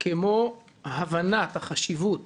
כמו הבנת החשיבות